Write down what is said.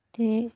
ते